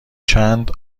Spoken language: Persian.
چند